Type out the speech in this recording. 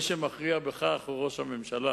מי שמכריע בכך הוא ראש הממשלה,